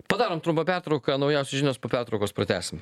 padarom trumpą pertrauką naujos žinios po pertraukos pratęsim